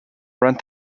rent